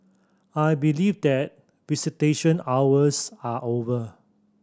I believe that visitation hours are over